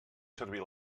servir